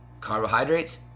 carbohydrates